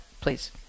please